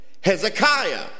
Hezekiah